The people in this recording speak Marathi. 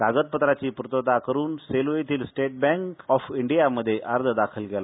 कागद पत्रांची पूर्तता करून सेलू येथिल स्टेट बँक ऑफ इडिया मध्ये अर्ज दाखल केला